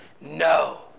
No